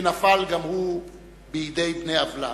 שנפל גם הוא בידי בני עוולה.